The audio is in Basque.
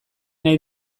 nahi